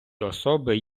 особи